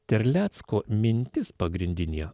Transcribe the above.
terlecko mintis pagrindinė